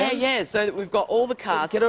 yeah, yeah. so we've got all the cast. you know